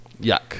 yuck